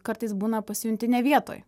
kartais būna pasijunti ne vietoj